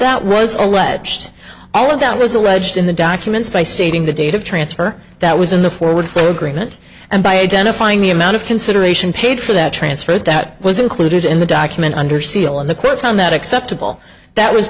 that was alleged all of that was alleged in the documents by stating the date of transfer that was in the forward to the agreement and by identifying the amount of consideration paid for that transferred that was included in the document under seal and the court found that acceptable that was